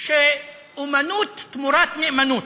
שאמנות תמורת נאמנות.